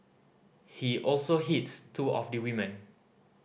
he also hits two of the women